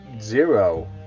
zero